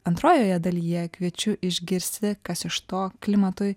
antrojoje dalyje kviečiu išgirsti kas iš to klimatui